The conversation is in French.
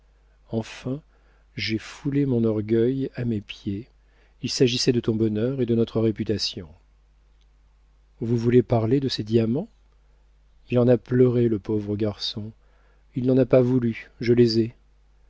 enfin j'ai foulé mon orgueil à mes pieds il s'agissait de ton bonheur et de notre réputation vous voulez parler de ces diamants il en a pleuré le pauvre garçon il n'en a pas voulu je les ai